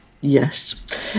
Yes